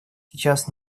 сейчас